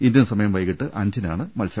Indian സമയം വൈകിട്ട് അഞ്ചിനാണ് കളി